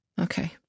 Okay